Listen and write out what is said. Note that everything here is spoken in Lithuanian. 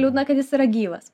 liūdna kad jis yra gyvas